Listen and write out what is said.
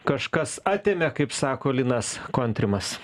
kažkas atėmė kaip sako linas kontrimas